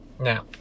Now